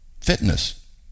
fitness